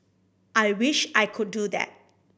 I wish I could do that